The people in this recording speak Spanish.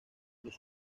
los